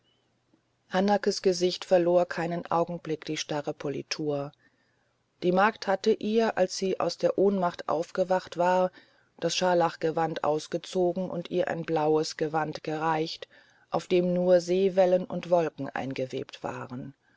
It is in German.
hanakes gesicht verlor keinen augenblick die starre politur die magd hatte ihr als sie aus der ohnmacht aufgewacht war das scharlachgewand ausgezogen und ihr ein blaues gewand gereicht auf dem nur seewellen und wolken eingewebt waren